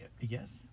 Yes